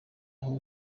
aho